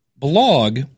blog